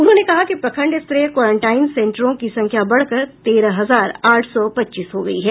उन्होंने कहा कि प्रखंड स्तरीय क्वारंटाइन सेंटरों की संख्या बढ़कर तेरह हजार आठ सौ पच्चीस हो गयी है